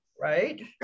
right